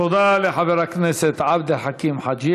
תודה לחבר הכנסת עבד אל חכים חאג'